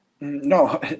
No